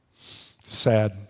Sad